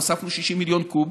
הוספנו 60 מיליון קוב.